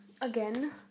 Again